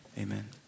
amen